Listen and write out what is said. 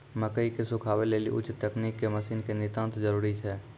मकई के सुखावे लेली उच्च तकनीक के मसीन के नितांत जरूरी छैय?